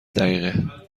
دقیقه